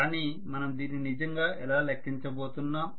కానీ మనం దీన్ని నిజంగా ఎలా లెక్కించబోతున్నాం